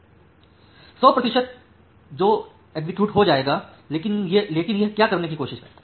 100 प्रतिशत बार जो एक्सीक्यूट हो जाएगा लेकिन यह क्या करने की कोशिश करता है